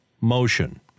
motion